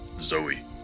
Zoe